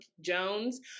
Jones